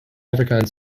afrikaans